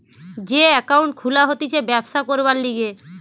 যে একাউন্ট খুলা হতিছে ব্যবসা করবার লিগে